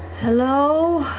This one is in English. hello?